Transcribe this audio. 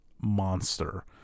monster